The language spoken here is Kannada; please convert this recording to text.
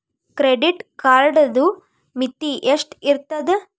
ಕ್ರೆಡಿಟ್ ಕಾರ್ಡದು ಮಿತಿ ಎಷ್ಟ ಇರ್ತದ?